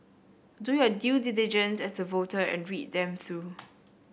do your due diligence as a voter and read them through